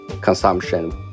consumption